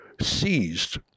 seized